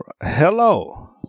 Hello